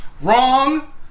Wrong